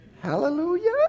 Hallelujah